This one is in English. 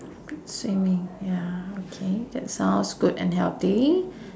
swimming ya okay that sounds good and healthy